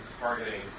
targeting